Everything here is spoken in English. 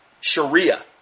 Sharia